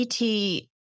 ET